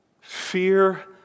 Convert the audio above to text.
Fear